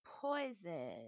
Poison